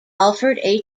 alfred